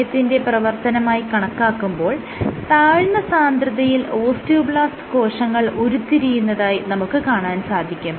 സമയത്തിന്റെ പ്രവർത്തനമായി കണക്കാക്കുമ്പോൾ താഴ്ന്ന സാന്ദ്രതയിൽ ഓസ്റ്റിയോബ്ലാസ്റ്റ് കോശങ്ങൾ ഉരുത്തിരിയുന്നതായി നമുക്ക് കാണാൻ സാധിക്കും